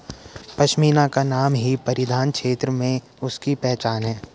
पशमीना का नाम ही परिधान क्षेत्र में उसकी पहचान है